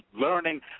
learning